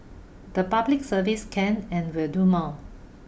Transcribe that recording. the public service can and will do more